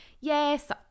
yes